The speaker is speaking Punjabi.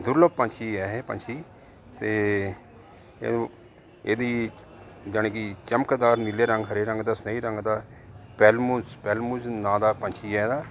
ਦੁਰਲਭ ਪੰਛੀ ਹੈ ਇਹ ਪੰਛੀ ਅਤੇ ਓਹ ਇਹਦੀ ਜਾਨੀ ਕਿ ਚਮਕਦਾਰ ਨੀਲੇ ਰੰਗ ਹਰੇ ਰੰਗ ਦਾ ਸਹੀ ਰੰਗ ਦਾ ਵੈਲਮੂਜ਼ ਵੈਲਮੂਜ ਨਾਂ ਦਾ ਪੰਛੀ ਹੈ ਇਹਦਾ